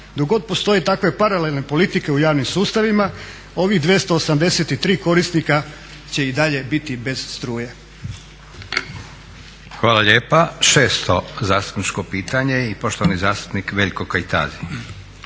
god postoje takve paralelne politike u javnim sustavima ovih 283 korisnika će i dalje biti bez struje.